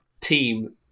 team